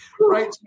Right